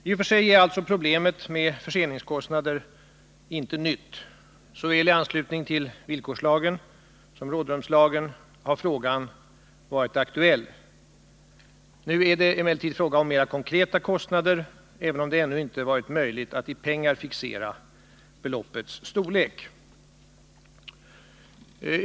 I och för sig är alltså problemet med förseningskostnader inte nytt. I anslutning till såväl villkorslagen som rådrumslagen har frågan varit aktuell. Nu är det emellertid fråga om mera konkreta kostnader, även om det ännu inte varit möjligt att i pengar fixera beloppets storlek.